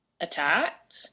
attacked